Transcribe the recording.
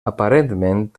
aparentment